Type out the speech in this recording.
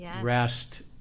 rest